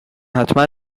حتما